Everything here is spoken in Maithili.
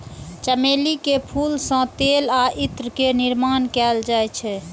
चमेली के फूल सं तेल आ इत्र के निर्माण कैल जाइ छै